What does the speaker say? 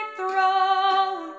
throne